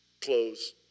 close